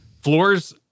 floors